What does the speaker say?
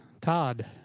Todd